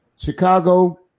Chicago